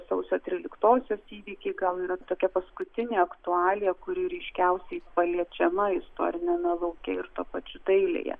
sausio tryliktosios įvykiai gal yra tokia paskutinė aktualija kuri ryškiausiai paliečiama istoriniame lauke ir tuo pačiu dailėje